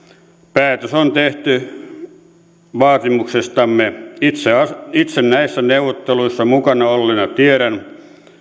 päätös on tehty vaatimuksestamme itse itse näissä neuvotteluissa mukana olleena tiedän